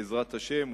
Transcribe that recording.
בעזרת השם,